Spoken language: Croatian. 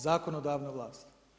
Zakonodavna vlast.